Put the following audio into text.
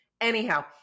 Anyhow